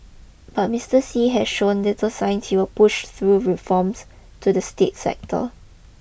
but Mister Xi has shown little sign he will push through reforms to the state sector